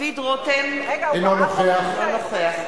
דוד רותם, אינו נוכח רגע, הוא ברח או, ?